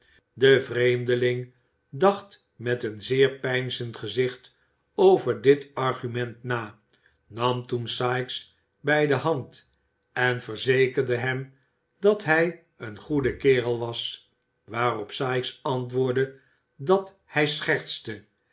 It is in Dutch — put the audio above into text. de vreemdeling dacht met een zeer peinzend gezicht over dit argument na nam toen sikes bij de hand en verzekerde hem dat hij een goede kerel was waarop sikes antwoordde dat hij